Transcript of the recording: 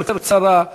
יותר קצרה,